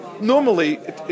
Normally